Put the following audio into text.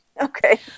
Okay